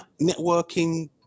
networking